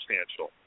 substantial